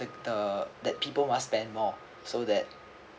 that the that people must spend more so that